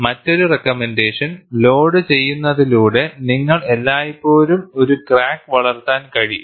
മറ്റൊരു recommendation load ചെയ്യുന്നതിലൂടെ നിങ്ങൾ എല്ലായ്പ്പോഴും ഒരു ക്രാക്ക് വളർത്താൻ കഴിയും